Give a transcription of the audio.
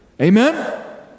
Amen